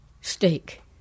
steak